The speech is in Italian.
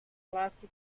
classico